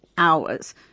hours